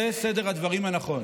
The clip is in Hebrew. זה סדר הדברים הנכון.